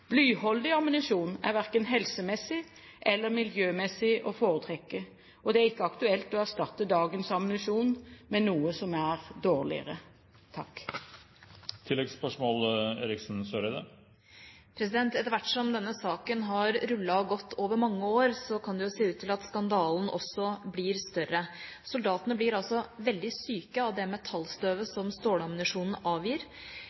Blyholdig ammunisjon er verken helsemessig eller miljømessig å foretrekke, og det er ikke aktuelt å erstatte dagens ammunisjon med noe som er dårligere. Etter hvert som denne saken har rullet og gått over mange år, kan det se ut til at skandalen også blir større. Soldatene blir veldig syke av det metallstøvet som stålammunisjonen avgir,